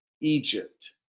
Egypt